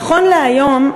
נכון להיום,